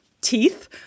teeth